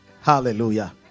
Hallelujah